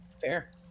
Fair